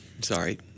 Sorry